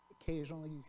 Occasionally